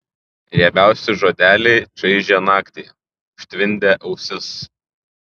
riebiausi žodeliai čaižė naktį užtvindė ausis